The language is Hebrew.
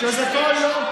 זה לא סוד שזה כל יום,